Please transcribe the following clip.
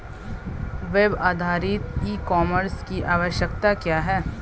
Web आधारित e commerce की आवश्यकता क्या है?